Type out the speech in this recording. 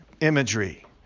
imagery